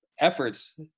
efforts